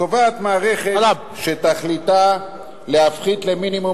קובעת מערכת שתכליתה להפחית למינימום